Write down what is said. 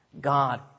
God